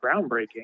groundbreaking